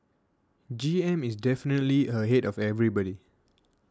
G M is definitely ahead of everybody